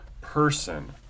person